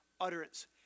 utterance